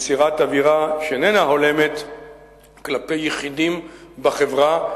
ויצירת אווירה שאיננה הולמת כלפי יחידים בחברה,